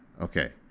Okay